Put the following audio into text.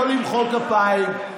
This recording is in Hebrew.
(חבר הכנסת מוסי רז יוצא מאולם המליאה.) לא למחוא כפיים.